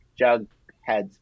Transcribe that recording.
Jughead's